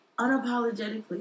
unapologetically